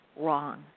wrong